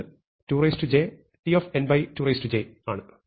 ഇത് 2jtn2j ആണ്